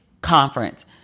conference